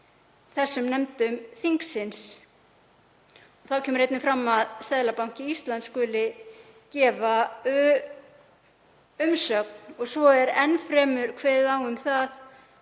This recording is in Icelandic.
þessum nefndum þingsins. Þá kemur einnig fram að Seðlabanki Íslands skuli gefa umsögn og enn fremur kemur málið